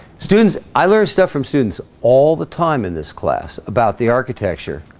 students i learned stuff from students all the time in this class about the architecture